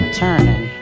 turning